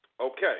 Okay